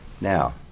Now